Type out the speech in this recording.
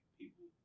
people